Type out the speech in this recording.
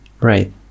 Right